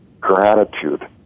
gratitude